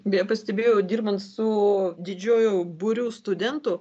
beje pastebėjau dirbant su didžiuoju būriu studentų